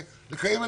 ראייה רחבה,